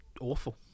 awful